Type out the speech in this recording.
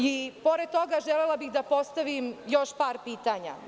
I pored toga, želela bih da postavim još par pitanja.